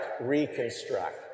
reconstruct